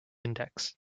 index